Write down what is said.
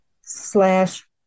slash